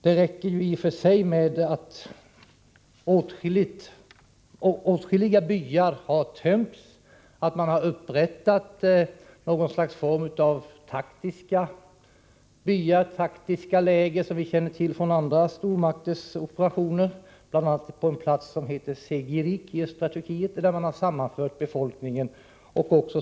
Det räcker i och för sig att konstatera att åtskilliga byar har tömts och att man har upprättat någon form av taktiska byar, taktiska läger, som vi känner till från andra stormakters operationer. Ett exempel på detta är platsen Segivik i östra Turkiet där man har sammanfört befolkningen.